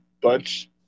bunch